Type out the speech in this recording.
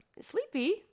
sleepy